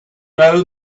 know